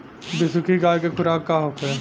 बिसुखी गाय के खुराक का होखे?